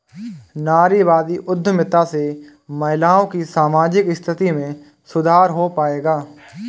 नारीवादी उद्यमिता से महिलाओं की सामाजिक स्थिति में सुधार हो पाएगा?